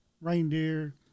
reindeer